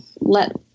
let